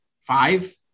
five